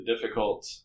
difficult